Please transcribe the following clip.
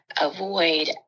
avoid